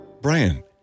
Brian